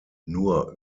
nur